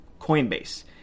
coinbase